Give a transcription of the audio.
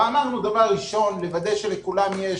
ואמרנו שדבר ראשון נוודא שלכולם יש